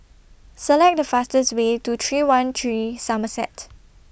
Select The fastest Way to three one three Somerset